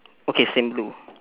okay same blue